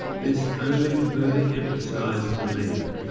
this only further emphasised for me,